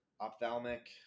ophthalmic